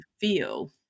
feel